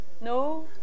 No